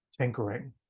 tinkering